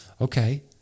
Okay